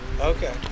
Okay